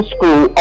School